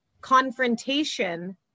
confrontation